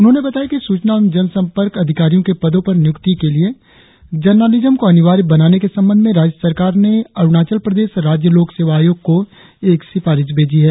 उन्होंने बताया कि सूचना एवं जन संपर्क अधिकरियों के पदो पर नियुक्ति के लिए जर्नालिज्म को अनिवार्य बनाने के संबंध में राज्य सरकार ने अरुणाचल प्रदेश राज्य लोक सेवा आयोग को एक सिफारिश भेजी है